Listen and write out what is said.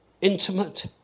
intimate